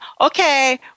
okay